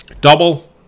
double